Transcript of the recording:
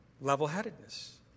level-headedness